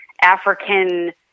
African